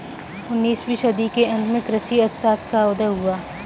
उन्नीस वीं सदी के अंत में कृषि अर्थशास्त्र का उदय हुआ